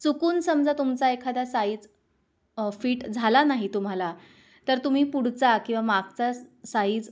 चुकून समजा तुमचा एखादा साईज फिट झाला नाही तुम्हाला तर तुम्ही पुढचा किंवा मागचा साईज